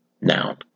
noun